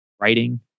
writing